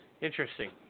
Interesting